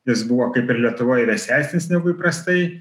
jis buvo kaip ir lietuvoj vėsesnis negu įprastai